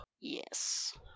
Yes